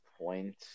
point